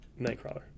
Nightcrawler